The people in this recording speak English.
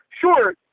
Sure